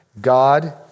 God